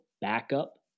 backup